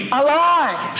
alive